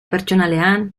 pertsonalean